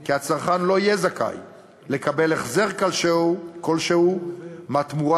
כי הצרכן לא יהיה זכאי לקבל החזר כלשהו מהתמורה